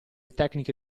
tecniche